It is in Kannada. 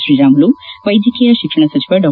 ಶ್ರೀರಾಮುಲು ವೈದ್ಯಕೀಯ ಶಿಕ್ಷಣ ಸಚಿವ ಡಾ